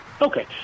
Okay